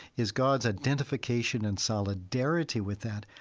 is god's identification and solidarity with that.